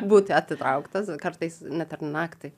būti atitrauktas kartais net ir naktį